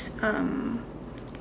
um